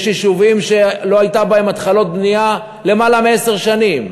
יש יישובים שלא היו בהם התחלות בנייה למעלה מעשר שנים,